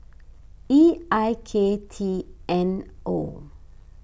E I K T N O